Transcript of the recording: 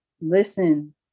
listen